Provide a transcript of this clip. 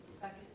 Second